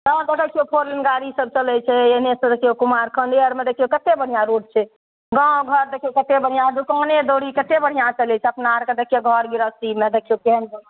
तैँ देखय छियै फोर लाइन गाड़ी सब चलय छै एने सँ देखियौ कुमारखण्डे आरमे देखियौ कते बढ़िआँ रोड छै गाँव घर देखियौ कते बढ़िआँ दुकाने दौड़ी कते बढ़िआँ चलय छै अपना आरके देखियौ घर गृहस्थीमे देखियौ केहेन